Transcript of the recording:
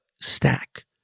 stack